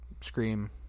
Scream